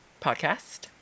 podcast